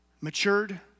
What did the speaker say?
matured